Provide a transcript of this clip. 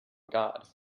god